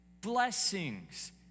blessings